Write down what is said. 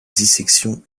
dissection